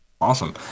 Awesome